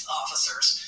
officers